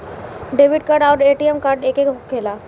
Debit card आउर ATM card एके होखेला?